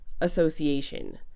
association